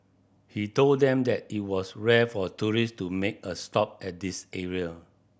he told them that it was rare for tourist to make a stop at this area